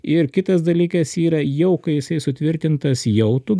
ir kitas dalykas yra jau kai jisai sutvirtintas jau tu